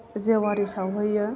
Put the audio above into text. जेवारि सावहैयो